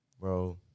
bro